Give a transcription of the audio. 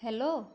hello